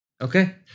Okay